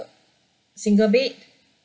single bed